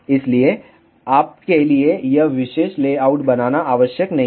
इसलिए आपके लिए यह विशेष लेआउट बनाना आवश्यक नहीं है